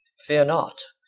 fear not.